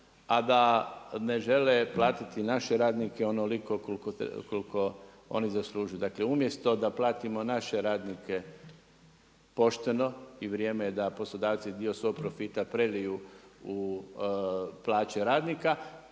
a da ne žele platiti naše radnike onoliko koliko oni zaslužuju. Dakle umjesto da platimo naše radnike pošteno i vrijeme je da poslodavci dio svog profita preliju u plaće radnika,